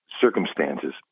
circumstances